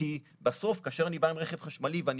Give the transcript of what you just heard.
כי בסוף כאשר אני בא עם רכב חשמלי ואני